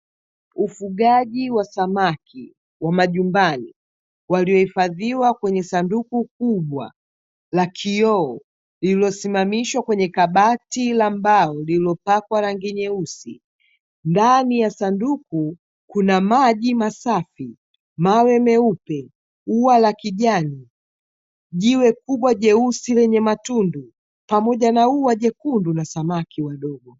Ufugaji wa samaki wa majumbani, waliohifadhiwa kwenye sanduku kubwa la kioo, lililosimamishwa kwenye kabati la mbao lililopakwa rangi nyeusi, ndani ya sanduku kuna maji masafi; mawe meupe, ua la kijani, jiwe kubwa jeusi lenye matundu pamoja na ua jekundu la samaki mdogo.